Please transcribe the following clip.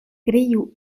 kriu